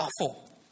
awful